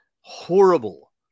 horrible